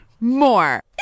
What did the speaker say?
more